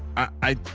i